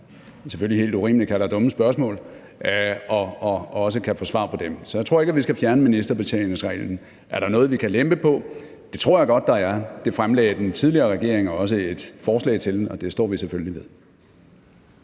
selvfølgelig helt urimeligt, kalder dumme spørgsmål, og også kan få svar på dem. Så jeg tror ikke, at vi skal fjerne ministerbetjeningsreglen. Er der noget, vi kan lempe på? Det tror jeg godt der er – det fremlagde den tidligere regering også et forslag til, og det står vi selvfølgelig ved.